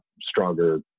stronger